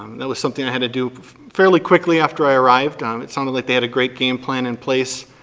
um that was something i had to do fairly quickly after i arrived. um it sounded like they had a great game plan in place